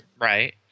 Right